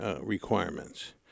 requirements